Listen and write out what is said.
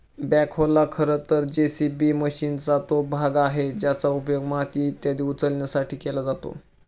बॅखोला खरं तर जे.सी.बी मशीनचा तो भाग आहे ज्याचा उपयोग माती इत्यादी उचलण्यासाठी केला जातो